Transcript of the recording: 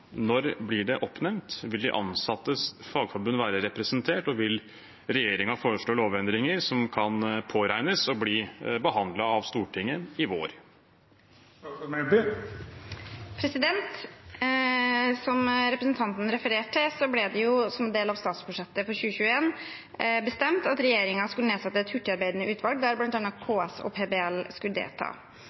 når blir det oppnevnt, vil de ansattes fagforbund være representert og vil regjeringa foreslå lovendringer som kan påregnes å bli behandlet av Stortinget i vår?» Som representanten refererte til, ble det som en del av statsbudsjettet for 2021 bestemt at regjeringen skulle nedsette et hurtigarbeidende utvalg der bl.a. KS og PBL skulle delta.